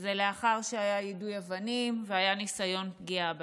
וזה לאחר שהיה יידוי אבנים והיה ניסיון פגיעה בהם.